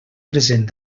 present